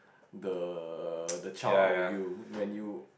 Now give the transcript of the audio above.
the the child out with you when you